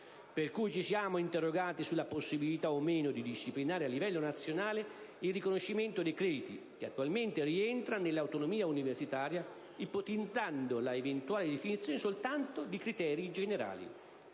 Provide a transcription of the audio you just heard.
Per cui, ci siamo interrogati sulla possibilità o meno di disciplinare a livello nazionale il riconoscimento dei crediti - che attualmente rientra nell'autonomia universitaria - ipotizzando la eventuale definizione soltanto di criteri generali.